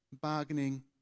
bargaining